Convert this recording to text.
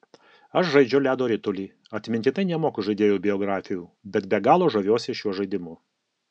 aš žaidžiu ledo ritulį atmintinai nemoku žaidėjų biografijų bet be galo žaviuosi šiuo žaidimu